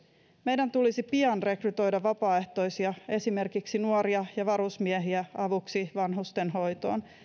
meidän tulisi pian rekrytoida vapaaehtoisia esimerkiksi nuoria ja varusmiehiä avuksi vanhustenhoitoon